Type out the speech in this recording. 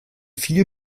viel